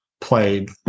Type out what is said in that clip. played